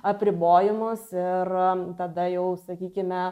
apribojimus ir tada jau sakykime